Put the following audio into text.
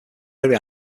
area